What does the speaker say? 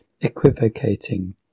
equivocating